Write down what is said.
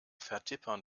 vertippern